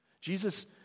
Jesus